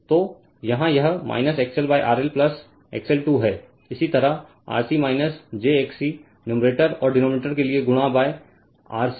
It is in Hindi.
तो यहाँ यह XL RL XL 2 है इसी तरह RC j XC न्यूमेरटर और डिनोमिनेटर के लिए गुणा RC j XC